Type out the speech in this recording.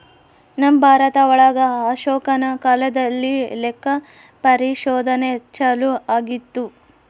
ನಮ್ ಭಾರತ ಒಳಗ ಅಶೋಕನ ಕಾಲದಲ್ಲಿ ಲೆಕ್ಕ ಪರಿಶೋಧನೆ ಚಾಲೂ ಆಗಿತ್ತು